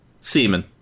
semen